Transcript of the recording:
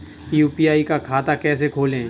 UPI का खाता कैसे खोलें?